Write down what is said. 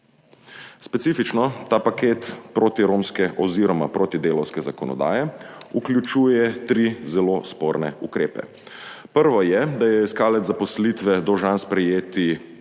Specifično ta paket protiromske oziroma protidelavske zakonodaje vključuje tri zelo sporne ukrepe. Prvi je, da je iskalec zaposlitve dolžan sprejeti